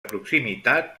proximitat